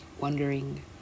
wondering